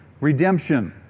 Redemption